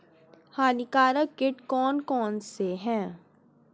हानिकारक कीट कौन कौन से हैं?